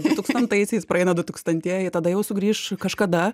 dutūkstantaisiais praeina dutūkstantieji tada jau sugrįš kažkada